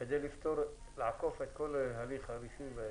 כדי לעקוף את כל הליך הרישוי?